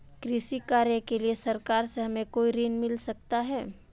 कृषि कार्य के लिए सरकार से हमें कोई ऋण मिल सकता है?